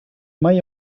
mai